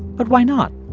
but why not?